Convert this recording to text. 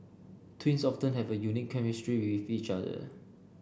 twins often have a unique chemistry with each other